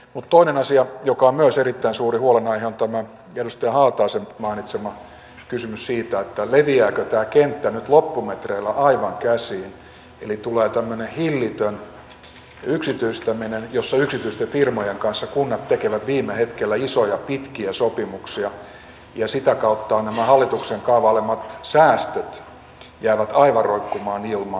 mutta toinen asia joka on myös erittäin suuri huolenaihe on tämä edustaja haataisen mainitsema kysymys siitä leviääkö tämä kenttä nyt loppumetreillä aivan käsiin eli tulee tämmöinen hillitön yksityistäminen jossa yksityisten firmojen kanssa kunnat tekevät viime hetkellä isoja pitkiä sopimuksia ja sitä kautta nämä hallituksen kaavailemat säästöt jäävät aivan roikkumaan ilmaan